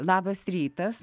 labas rytas